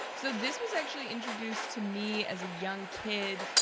so this was actually introduced to me as a young kid.